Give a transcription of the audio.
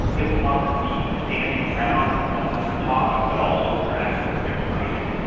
they will often be standing around one another, talking, but also interacting with their devices.